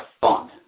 fun